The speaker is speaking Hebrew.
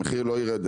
המחיר לא ירד,